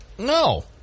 No